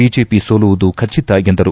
BJP ಸೋಲುವುದು ಖಟಿತ ಎಂದರು